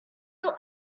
your